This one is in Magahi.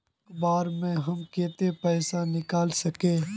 एक बार में हम केते पैसा निकल सके?